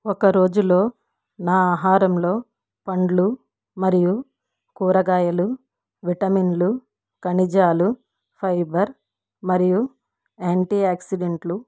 ఒకరోజులో నా ఆహారంలో పండ్లు మరియు కూరగాయలు విటమిన్లు ఖనిజాలు ఫైబర్ మరియు యాంటీ యాక్సిడెంట్లు